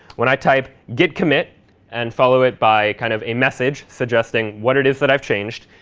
when i type git commit and follow it by kind of a message suggesting what it is that i've changed,